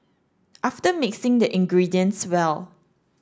after mixing the ingredients well